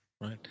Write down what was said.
right